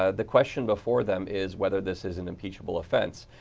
ah the question before them is whether this is an impeachable offense.